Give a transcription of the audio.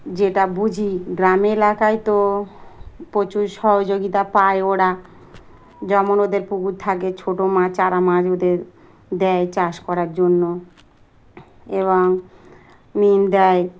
যেটা বুঝি গ্রামে এলাকায় তো প্রচুর সহযোগিতা পায় ওরা যেমন ওদের পুকুর থাকে ছোটো মাছ চারা মাছ ওদের দেয় চাষ করার জন্য এবং মিন দেয়